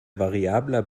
variabler